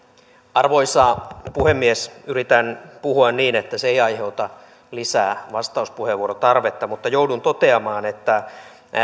arvoisa puhemies yritän puhua niin että se ei aiheuta lisää vastauspuheenvuorotarvetta mutta joudun toteamaan että